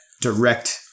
direct